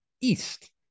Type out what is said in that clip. East